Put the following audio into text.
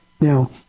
Now